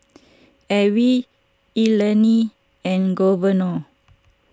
Alvie Eleni and Governor